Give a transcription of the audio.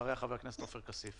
ואחריה חבר הכנסת עופר כסיף.